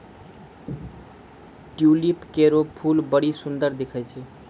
tulip केरो फूल बड्डी सुंदर दिखै छै